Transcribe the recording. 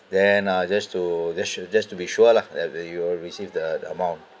then I'll just to just sure just to be sure lah whenever you receive the amount